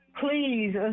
please